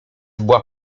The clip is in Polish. była